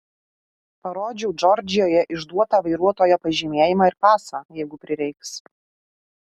parodžiau džordžijoje išduotą vairuotojo pažymėjimą ir pasą jeigu prireiks